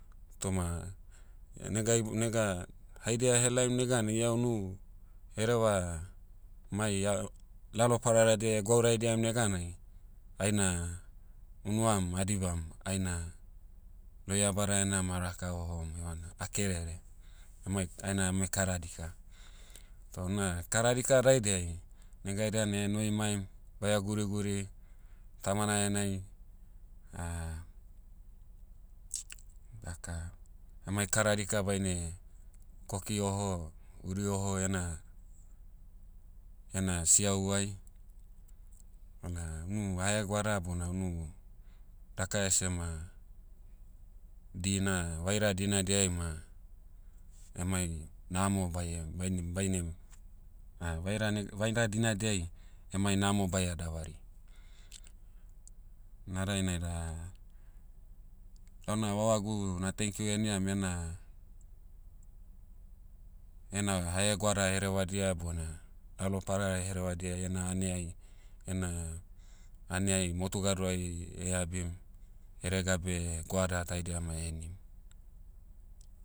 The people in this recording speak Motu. Toma, nega ibo- nega, haidia ah helaim negan ia unu, hereva, mai ao- lalo pararadia gwauraidiam neganai, aina, unuam adibam aina, lohiabada enam ah raka ohom evana ah kerere. Emai- aina ame kara dika. Toh una kara dika daidiai, nega haidia na noimaim, baia guriguri, tamana enai, daka, amai kara dika baine, koki oho o, huri oho ena- ena siahuai, bona unu haegoada bona unu, daka ese ma, dina- vaira dinadiai ma, emai namo baie- bainem- baine- vaira neg- vaira dinadiai, emai namo baia davari. Na dainai da, launa vavagu na'thankyou heniam iena- iena haegoada herevadia bona, lalo parara herevadia iena ane'ai, ena, aneai motu gadoai, abim, eregabe goada taidia ma ehenim.